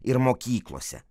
ir mokyklose